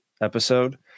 episode